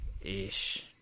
Ish